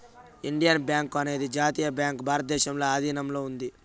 Indian bank అనేది జాతీయ bank భారతదేశంలో ఆధీనంలో ఉంది